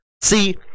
See